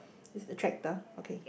it's the tractor okay